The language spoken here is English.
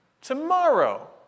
Tomorrow